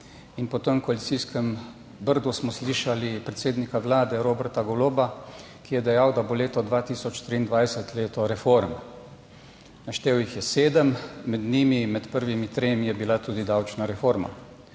in po tem koalicijskem Brdu smo slišali predsednika Vlade Roberta Goloba, ki je dejal, da bo leto 2023 leto reform. Naštel jih je sedem, med njimi med prvimi tremi je bila tudi davčna reforma.